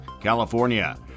California